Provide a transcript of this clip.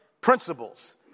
principles